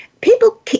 people